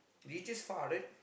did you just farted